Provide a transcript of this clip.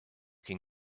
can